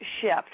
shift